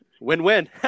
win-win